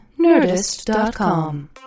Nerdist.com